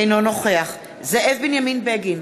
אינו נוכח זאב בנימין בגין,